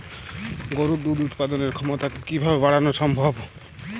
গরুর দুধ উৎপাদনের ক্ষমতা কি কি ভাবে বাড়ানো সম্ভব?